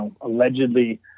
allegedly